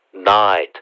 Night